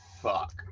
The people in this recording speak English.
fuck